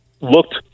looked